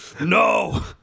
no